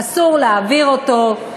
אסור להעביר אותו,